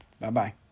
Bye-bye